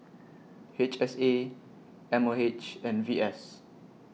H S A M O H and V S